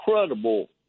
incredible